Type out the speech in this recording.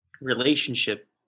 relationship